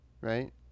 right